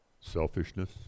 Selfishness